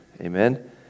Amen